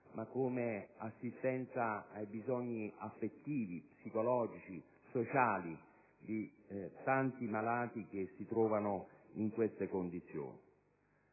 ma come assistenza ai bisogni affettivi, psicologici e sociali di tanti malati che si trovano in queste condizioni.